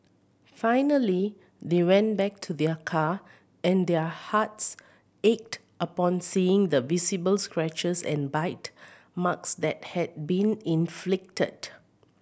finally they went back to their car and their hearts ached upon seeing the visible scratches and bite marks that had been inflicted